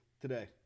today